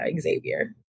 Xavier